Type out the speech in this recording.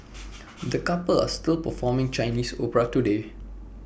the couple are still performing Chinese opera today